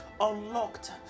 Unlocked